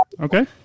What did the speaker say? Okay